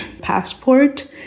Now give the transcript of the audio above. passport